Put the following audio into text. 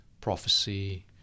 prophecy